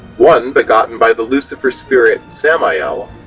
one begotten by the lucifer spirit samael.